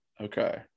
Okay